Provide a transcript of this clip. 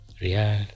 Real